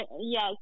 Yes